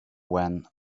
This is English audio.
when